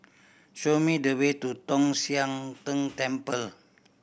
show me the way to Tong Sian Tng Temple